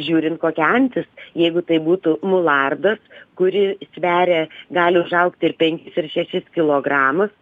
žiūrint kokia antis jeigu tai būtų mulardas kuri sveria gali užaugti ir penkis ir šešis kilogramus